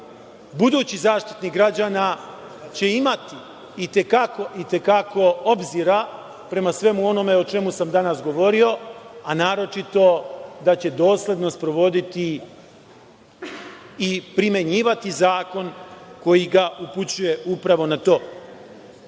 budući Zaštitnik građana imati i te kako obzira prema svemu onome o čemu sam danas govorio, a naročito da će dosledno sprovoditi i primenjivati zakon koji ga upućuje upravo na to.